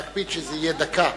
להקפיד שזה יהיה דקה.